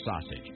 sausage